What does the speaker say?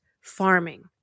farming